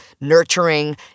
nurturing